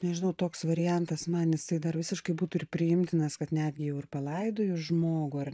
nežinau toks variantas man jisai dar visiškai būtų ir priimtinas kad netgi jau ir palaidojo žmogų ar